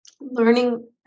learning